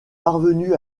parvenue